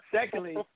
Secondly